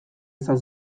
izan